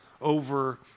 over